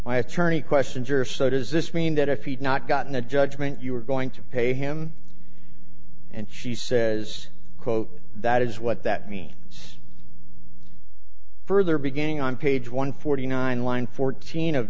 my attorney questions are so does this mean that if you had not gotten a judgment you were going to pay him and she says quote that is what that means further beginning on page one forty nine line fourteen of